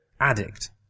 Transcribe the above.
addict